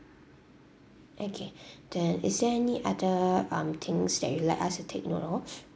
okay then is there any other um things that you like us to take note of